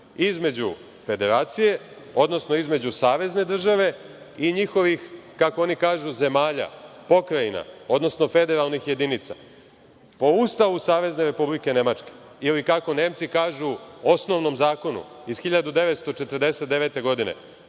između federacije, odnosno između savezne države i njihovih, kako oni kažu, zemalja, pokrajina, odnosno federalnih jedinica. Po Ustavu Savezne Republike Nemačke ili, kako Nemci kažu, Osnovnom zakonu iz 1949. godine,